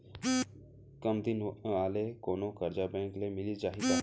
कम दिन वाले कोनो करजा बैंक ले मिलिस जाही का?